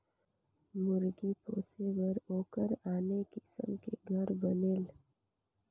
मुरगी पोसे बर ओखर आने किसम के घर बनेल